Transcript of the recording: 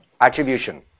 Attribution